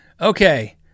Okay